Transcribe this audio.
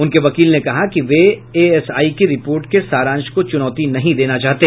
उनके वकील ने कहा कि वे एएसआई की रिपोर्ट के सारांश को चुनौती नहीं देना चाहते